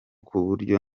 kuburyo